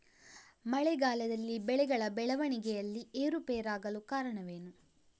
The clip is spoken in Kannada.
ಮಳೆಗಾಲದಲ್ಲಿ ಬೆಳೆಗಳ ಬೆಳವಣಿಗೆಯಲ್ಲಿ ಏರುಪೇರಾಗಲು ಕಾರಣವೇನು?